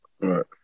right